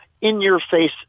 in-your-face